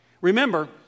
Remember